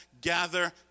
gather